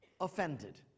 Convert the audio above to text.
offended